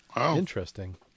interesting